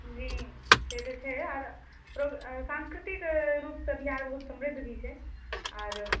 जी से तऽ छै आओर प्रो सांस्कृतिक रूपसँ बिहार बहुत समृद्ध भी छै आओर